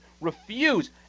refuse